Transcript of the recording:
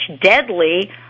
deadly